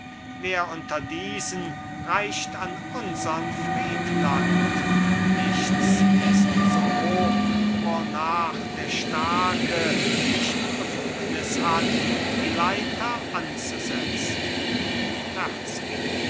wer unter diesen reicht an unsern friedland nichts ist so hoch wornach der starke nicht befugnis hat die leiter anzusetzen